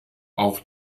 auch